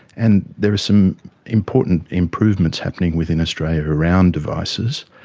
and there are some important improvements happening within australia around devices,